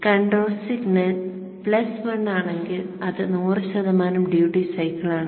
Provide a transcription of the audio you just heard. control signal plus 1 ആണെങ്കിൽ അത് 100 ശതമാനം ഡ്യൂട്ടി സൈക്കിളാണ്